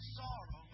sorrow